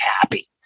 happy